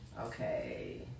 Okay